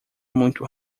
muito